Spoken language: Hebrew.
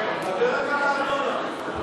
עיסאווי,